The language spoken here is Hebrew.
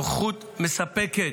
הנוכחות מספקת,